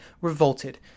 revolted